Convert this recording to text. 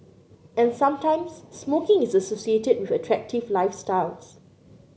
and sometimes smoking is associated with attractive lifestyles